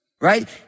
right